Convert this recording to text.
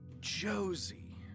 Josie